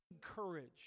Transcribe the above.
courage